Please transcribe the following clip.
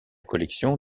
collection